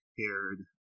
haired